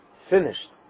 finished